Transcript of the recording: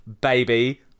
baby